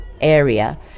area